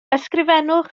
ysgrifennwch